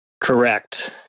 Correct